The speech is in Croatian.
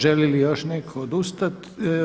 Želi li još neko odustati?